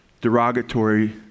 derogatory